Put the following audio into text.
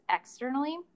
externally